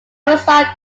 result